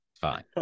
fine